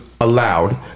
allowed